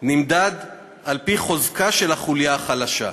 נמדד על-פי חוזקה של החוליה החלשה,